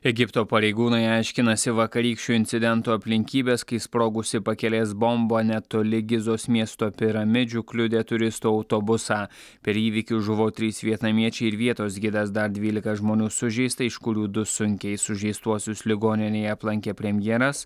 egipto pareigūnai aiškinasi vakarykščio incidento aplinkybes kai sprogusi pakelės bomba netoli gizos miesto piramidžių kliudė turistų autobusą per įvykį žuvo trys vietnamiečiai ir vietos gidas dar dvylika žmonių sužeista iš kurių du sunkiai sužeistuosius ligoninėje aplankė premjeras